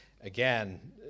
again